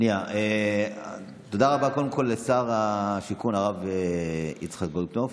תודה רבה לשר השיכון, הרב יצחק גולדקנופ.